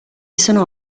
sono